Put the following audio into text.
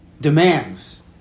demands